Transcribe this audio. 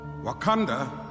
Wakanda